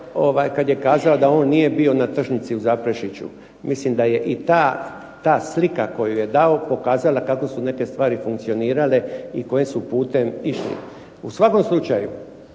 kad je kazao da on nije bio na tržnici u Zaprešiću. Mislim da je i ta slika koju je dao pokazala kako su neke stvari funkcionirale i kojim su putem išli. U svakom slučaju